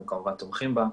אנחנו כמובן תומכים בה.